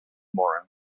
moran